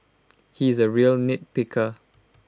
he is A real nitpicker